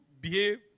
behave